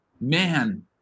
man